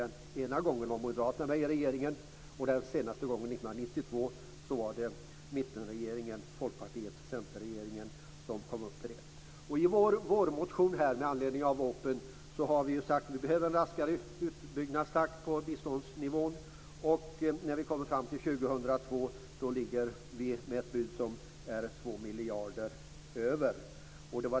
Den ena gången var moderaterna med i regeringen, och den andra gången var det mittenregeringen med Folkpartiet och Centerpartiet som kom upp till den här nivån. I vår vårmotion med anledning av vårpropositionen har vi sagt att vi behöver en raskare utbyggnadstakt när det gäller biståndsnivån. Och när vi kommer fram till år 2002 har vi ett bud som är 2 miljarder högre.